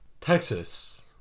Texas